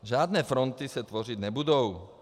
Žádné fronty se tvořit nebudou.